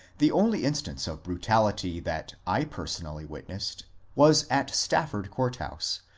the only instance of brutal ity that i personally witnessed was at stafford court house,